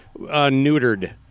neutered